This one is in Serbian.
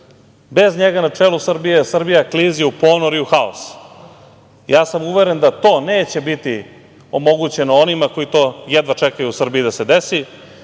Bez njega na čelu Srbije, Srbija klizi u ponor i u haos. Ja sam uveren da to neće biti omogućeno onima koji to jedva čekaju u Srbiji da se desi